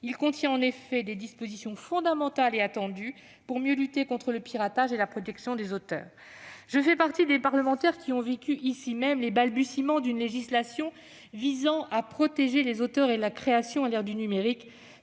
loi contient en effet des dispositions fondamentales et attendues afin de mieux lutter contre le piratage et pour la protection des auteurs. Je fais partie des parlementaires qui ont vécu, ici même, les balbutiements d'une législation visant à protéger les auteurs et la création à l'ère du numérique,